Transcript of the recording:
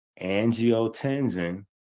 angiotensin